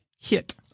Hit